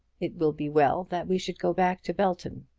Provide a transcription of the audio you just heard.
it will be well that we should go back to belton,